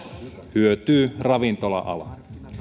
hyötyy ravintola ala